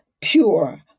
pure